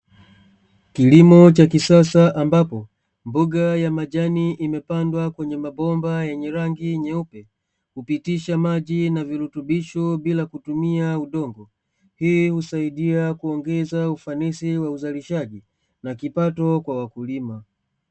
Kilimo cha kisasa ambapo mboga ya majani imepandwa kwenye mabomba yenye rangi nyeupe hupitisha maji na virutubishi bila kutumia udongo hii husaidia kuongeza ufanisi wa uzalishaji na kipato kwa wakulima.